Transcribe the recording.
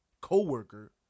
co-worker